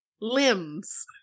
limbs